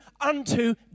unto